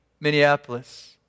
Minneapolis